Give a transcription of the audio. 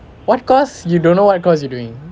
what course you don't know what course you doing